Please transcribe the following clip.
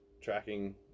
tracking